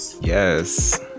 yes